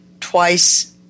twice